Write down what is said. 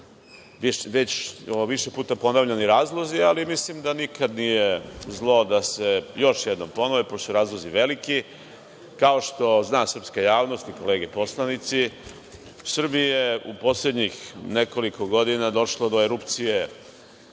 Već više puta ponavljani razlozi, ali mislim da nikada nije zlo da se još jednom ponove, pošto su razlozi veliki. Kao što zna srpska javnost i kolege poslanici, u Srbiji je u poslednjih nekoliko godina došlo do erupcije